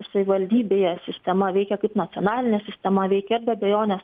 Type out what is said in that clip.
savivaldybėje sistema veikia kaip nacionalinė sistema veikia ir be abejonės